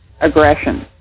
aggression